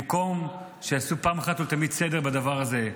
במקום שיעשו פעם אחת ולתמיד סדר בדבר הזה,